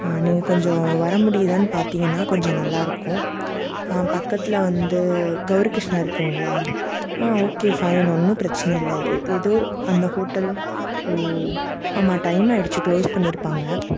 ஆ நீங்கள் கொஞ்சம் வர முடியுதான்னு பாத்தீங்கன்னா கொஞ்சம் நல்லாயிருக்கும் பக்கத்தில் வந்து கௌரி கிருஷ்ணா இருக்குங்களா ஆ ஓகே ஃபைன் ஒன்றும் பிரச்சனை இல்லை எ எதோ அந்த ஹோட்டல் ஓ ஆமாம் டைம் ஆகிடிச்சு க்ளோஸ் பண்ணியிருப்பாங்க